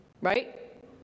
Right